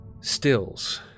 stills